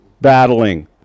battling